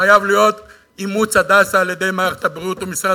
חייב להיות אימוץ "הדסה" על-ידי מערכת הבריאות ומשרד